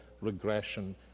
regression